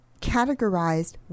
categorized